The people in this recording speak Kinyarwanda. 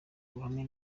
ubuhamya